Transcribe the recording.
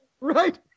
Right